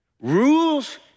rules